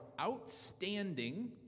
outstanding